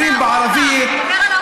אומרים בערבית: (אומר בערבית: